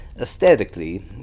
aesthetically